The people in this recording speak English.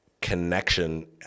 connection